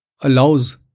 allows